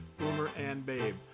boomerandbabe